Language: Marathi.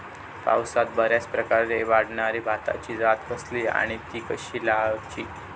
पावसात बऱ्याप्रकारे वाढणारी भाताची जात कसली आणि ती कशी लाऊची?